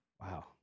Wow